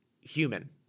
human